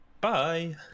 Bye